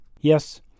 Yes